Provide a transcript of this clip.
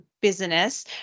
business